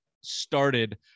started